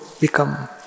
become